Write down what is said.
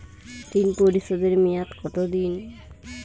ঋণ পরিশোধের মেয়াদ কত দিন?